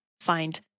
find